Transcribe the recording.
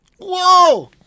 whoa